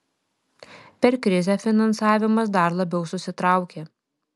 per krizę finansavimas dar labiau susitraukė